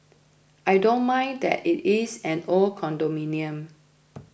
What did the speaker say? I don't mind that it is an old condominium